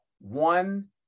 one